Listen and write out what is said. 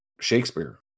Shakespeare